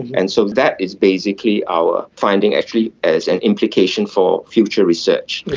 and so that is basically our finding actually as an implication for future research.